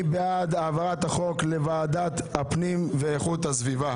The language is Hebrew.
מי בעד העברת החוק לוועדת הפנים והגנת